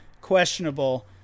questionable